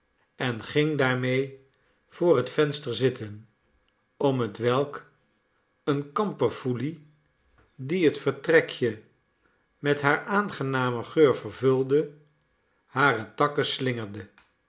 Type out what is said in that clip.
en ging daarmede voor het venster zitten om hetwelk eene kamperfoelie die het vertrekje met haar aangenamen geur vervulde hare takken slingerde